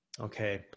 okay